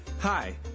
Hi